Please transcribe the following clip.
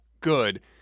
good